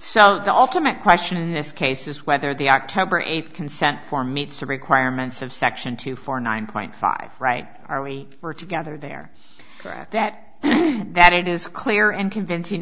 so the ultimate question in this case is whether the october eighth consent form meets the requirements of section two for nine point five right are we were together there that that it is clear and convincing